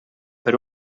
per